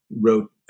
wrote